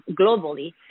globally